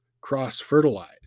cross-fertilize